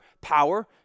power